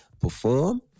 perform